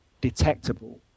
detectable